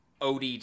ODD